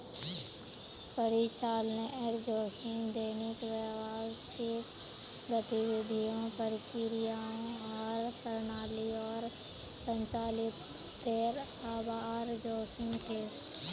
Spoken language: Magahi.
परिचालनेर जोखिम दैनिक व्यावसायिक गतिविधियों, प्रक्रियाओं आर प्रणालियोंर संचालीतेर हबार जोखिम छेक